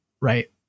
right